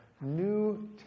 New